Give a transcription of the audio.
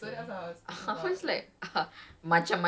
dia macam apa gravity ke